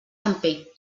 temper